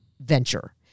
venture